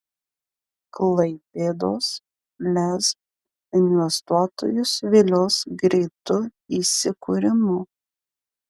klaipėdos lez investuotojus vilios greitu įsikūrimu